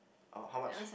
uh how much